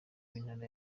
w’intara